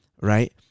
right